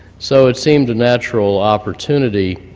so it seemed a natural opportunity